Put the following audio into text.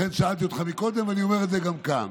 לכן שאלתי אותך קודם ואני אומר את זה גם כאן: